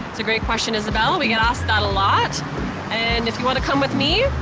it's a great question, isabel. we get asked that a lot and if you want to come with me,